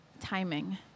timing